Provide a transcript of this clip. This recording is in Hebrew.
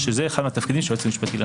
שזה אחד מהתפקידים של היועץ המשפטי לממשלה.